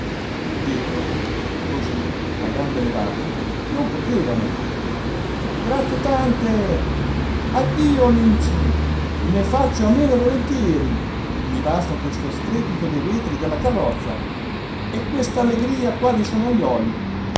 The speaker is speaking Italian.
dietro cosí a gambe levate non potevano grazie tante addio amici ne faccio a meno volentieri i basta questo strepito dei vetri della carrozza e quest'allegria qua dei